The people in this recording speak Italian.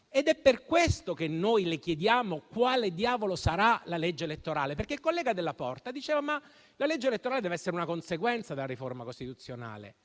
ed è per questo che noi le chiediamo quale diavolo sarà la legge elettorale. Il collega Della Porta diceva che la legge elettorale deve essere una conseguenza della riforma costituzionale.